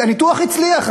הניתוח הצליח,